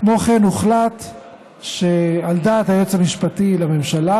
כמו כן הוחלט על דעת היועץ המשפטי לממשלה